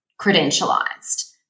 credentialized